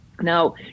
Now